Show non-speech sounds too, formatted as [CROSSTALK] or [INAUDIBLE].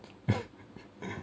[LAUGHS]